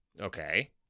Okay